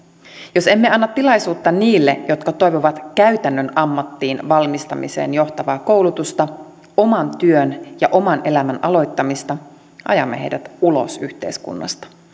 jos emme anna tilaisuutta niille jotka toivovat käytännön ammattiin valmistamiseen johtavaa koulutusta oman työn ja oman elämän aloittamista ajamme heidät ulos yhteiskunnasta